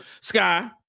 Sky